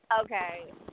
Okay